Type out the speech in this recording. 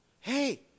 Hey